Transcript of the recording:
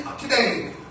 today